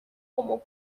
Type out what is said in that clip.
como